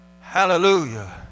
Hallelujah